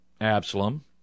Absalom